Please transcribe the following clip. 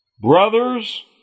Brothers